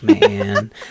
man